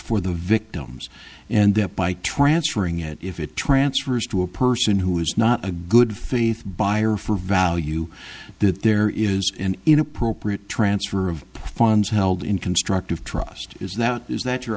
for the victims and that by transferring it if it transfers to a person who is not a good faith buyer for value that there is an inappropriate transfer of funds held in constructive trust is that is that your